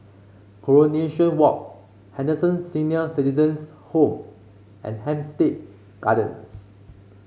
Coronation Walk Henderson Senior Citizens' Home and Hampstead Gardens